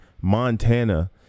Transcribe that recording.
Montana